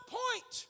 point